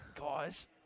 guys